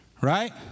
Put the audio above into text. Right